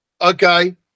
okay